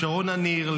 לשרון ניר,